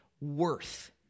worth